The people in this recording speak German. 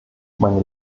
meine